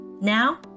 Now